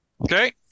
Okay